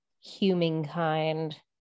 humankind